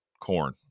corn